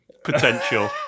potential